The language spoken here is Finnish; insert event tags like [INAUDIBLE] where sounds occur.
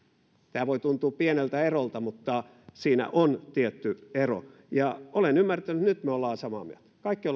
tämä voi tuntua pieneltä erolta mutta siinä on tietty ero ja olen ymmärtänyt että nyt me olemme samaa mieltä kaikki [UNINTELLIGIBLE]